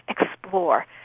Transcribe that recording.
explore